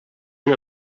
una